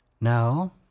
now